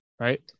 right